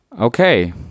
Okay